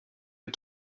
les